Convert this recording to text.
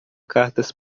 cartas